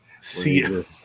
See